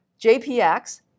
JPX